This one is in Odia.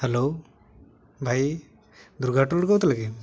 ହ୍ୟାଲୋ ଭାଇ ଦୁର୍ଗା ହୋଟେଲ୍ରୁ କହୁଥିଲେ କି